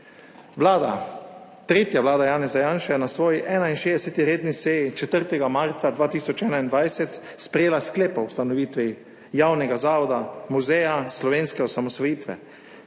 Vlada, tretja vlada Janeza Janše, je na svoji 61. redni seji 4. marca 2021 sprejela Sklep o ustanovitvi javnega zavoda Muzeja slovenske osamosvojitve.